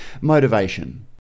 motivation